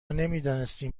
نمیدانستیم